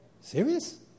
Serious